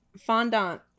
Fondant